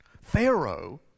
Pharaoh